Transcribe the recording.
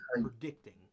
predicting